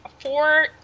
four